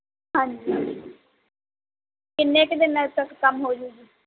ਹਾਂਜੀ ਕਿੰਨੇ ਕੁ ਦਿਨਾਂ ਤੱਕ ਕੰਮ ਹੋਜੂ ਜੀ